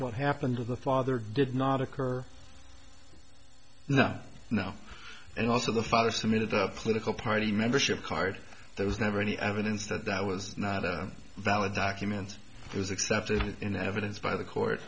what happened with the father did not occur no no and also the father submitted the political party membership card there was never any evidence that that was not a valid document it was accepted in evidence by the court